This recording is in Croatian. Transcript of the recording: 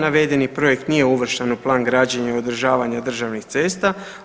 Navedeni projekt nije uvršten u plan građenja i održavanja državnih cesta.